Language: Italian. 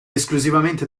esclusivamente